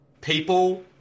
people